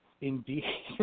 Indeed